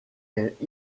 est